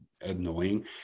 annoying